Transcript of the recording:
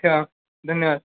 ठेवा धन्यवाद